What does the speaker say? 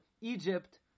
Egypt